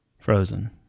Frozen